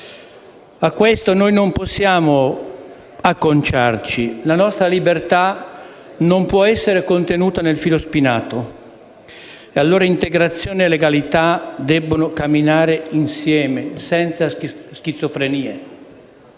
A questo noi non possiamo acconciarci. La nostra libertà non può essere contenuta nel filo spinato. Pertanto, integrazione e legalità devono camminare insieme senza schizofrenie: